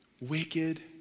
wicked